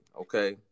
Okay